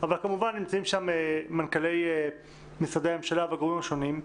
אבל כמובן שנמצאים שם מנכ"לי משרדי הממשלה והגורמים השונים,